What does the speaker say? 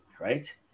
right